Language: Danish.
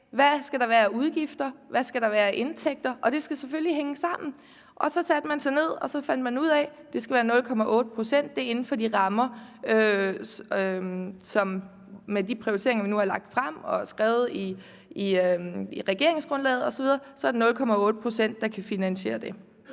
Hvad skal der være af udgifter, hvad skal der være af indtægter? Og det skulle selvfølgelig hænge sammen. Så fandt vi ud af, at det skulle være 0,8 pct.; med de prioriteringer, vi nu havde lagt frem og skrevet i regeringsgrundlaget osv., var 0,8 pct. det, der kunne finansiere det.